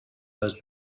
those